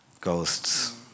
Ghosts